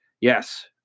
yes